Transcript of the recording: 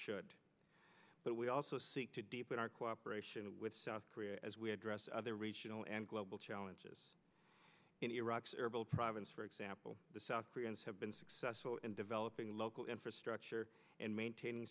should but we also seek to deepen our cooperation with south korea as we address other regional and global challenges in iraq's herbal province for example the south koreans have been successful in developing local infrastructure and maintaining